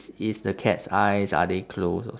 is is the cat's eyes are they closed